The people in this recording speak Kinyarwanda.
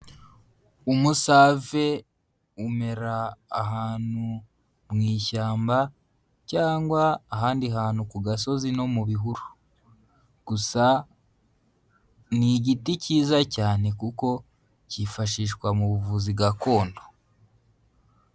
Umusave umera ahantu mu ishyamba cyangwa ahandi hantu ku gasozi no mu bihuru, gusa ni igiti kiza cyane kuko kifashishwa mu buvuzi gakondo.